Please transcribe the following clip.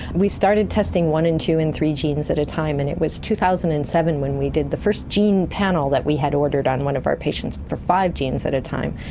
we started testing one and two and three genes at a time and it was two thousand and seven when we did the first gene panel that we had ordered on one of our patients for five genes at a time.